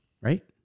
Right